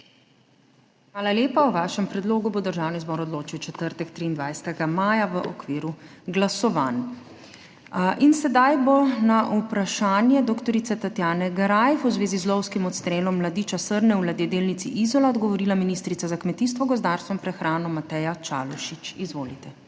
Hvala lepa. O vašem predlogu bo Državni zbor odločil v četrtek, 23. maja 2024, v okviru glasovanj. Sedaj bo na vprašanje dr. Tatjane Greif v zvezi z lovskim odstrelom mladiča srne v Ladjedelnici Izola odgovorila ministrica za kmetijstvo, gozdarstvo in prehrano, Mateja Čalušić. Izvolite.